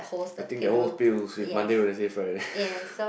the thing that holds pills with Monday Wednesday Friday